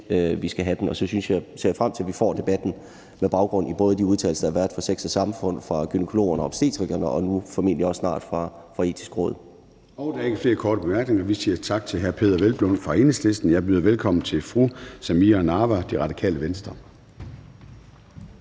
vi skal have den. Så ser jeg frem til, at vi får debatten med baggrund i de udtalelser, der har været fra både Sex & Samfund, gynækologerne og obstetrikerne og nu formentlig også snart fra Det Etiske Råd. Kl. 16:53 Formanden (Søren Gade): Der er ikke flere korte bemærkninger, så vi siger tak til hr. Peder Hvelplund fra Enhedslisten. Jeg byder velkommen til fru Samira Nawa, Radikale Venstre.